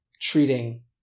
treating